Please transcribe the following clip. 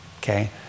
Okay